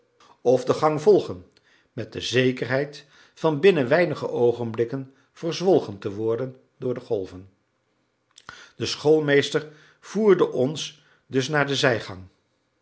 f de gang volgen met de zekerheid van binnen weinige oogenblikken verzwolgen te worden door de golven de schoolmeester voerde ons dus naar de zijgang